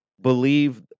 believe